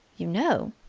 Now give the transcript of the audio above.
you know,